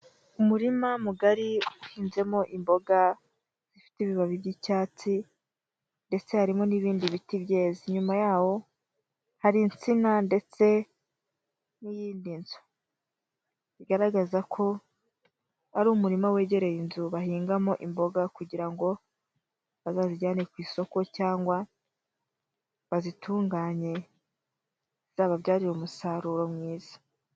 Umurima mugari uhinzemo imboga zifite ibibabi by'icyatsi, ndetse harimo n'ibindi biti byeze, inyuma yaho hari insina ndetse n'iyindi nzu, bigaragaza ko ari umurima wegereye inzu bahingamo imboga, kugira ngo bazazijyane ku isoko, cyangwa bazitunganye zizababyarire umusaruro mwiza.